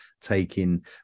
taking